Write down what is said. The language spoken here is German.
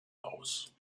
aus